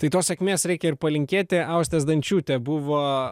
tai tos sėkmės reikia ir palinkėti austė zdančiūtė buvo